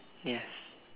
yes